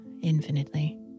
infinitely